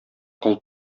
кол